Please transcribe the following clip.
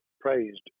praised